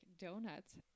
Donuts